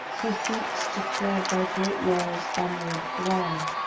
who thinks to thread thy great laws' onward throng,